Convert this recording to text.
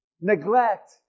neglect